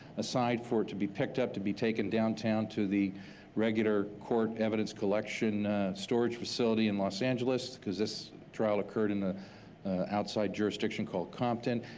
aside for it to be picked up to be taken downtown to the regular court evidence collection storage facility in los angeles, because this trial occurred in the outside jurisdiction called compton.